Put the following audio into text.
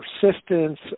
persistence